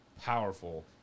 powerful